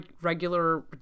regular